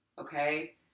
Okay